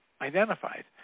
identified